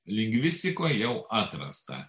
lingvistikoje jau atrasta